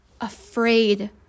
afraid